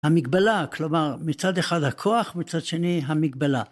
המגבלה, כלומר מצד אחד הכוח, מצד שני המגבלה.